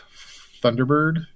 Thunderbird